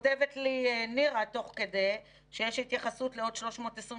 וכותבת לי נירה תוך כדי שיש התייחסות לעוד 322